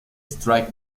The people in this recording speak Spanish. strike